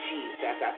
Jesus